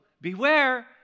beware